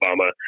Obama